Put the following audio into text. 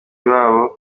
babo